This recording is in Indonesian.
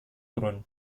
turun